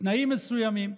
בתנאים מסוימים.